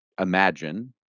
imagine